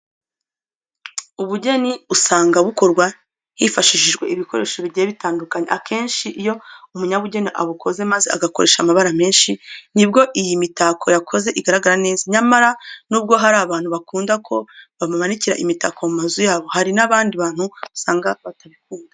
Ubugeni usanga bukorwa hifashishijwe ibikoresho bigiye bitandukanye. Akenshi iyo umunyabugeni abukoze maze agakoresha amabara menshi nibwo iyi mitako yakoze igaragara neza. Nyamara nubwo hari abantu bakunda ko babamanikira imitako mu mazu yabo, hari n'abandi bantu usanga batabikunda.